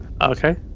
Okay